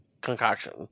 concoction